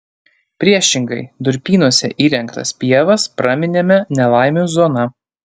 priešingai durpynuose įrengtas pievas praminėme nelaimių zona